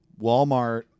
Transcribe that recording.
walmart